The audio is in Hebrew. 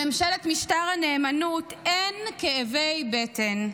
בממשלת משטר הנאמנות אין כאבי בטן,